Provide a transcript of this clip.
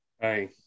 Hey